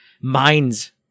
minds